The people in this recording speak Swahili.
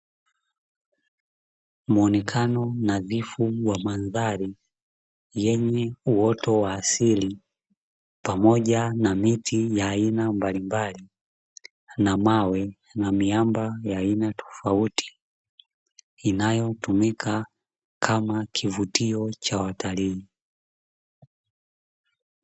Muonekano nadhifu wa mandhari, yenye uoto wa asili, pamoja na miti ya aina mbalimbali, na mawe na miamba ya aina tofauti, inayotumika kama kivutio cha watalii.